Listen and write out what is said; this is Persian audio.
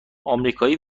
آمریکایی